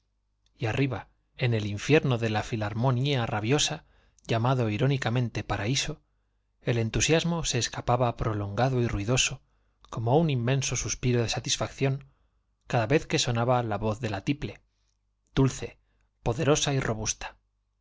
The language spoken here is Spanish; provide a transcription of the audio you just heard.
y arriba en el do irónicamente paraíso el entusiasmo se escapaba prolongado y ruidoso como un inmenso suspiro de de la satisfacción cada que sonaba la tiple vez voz robusta i qué noche todo parecía dulce